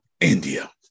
India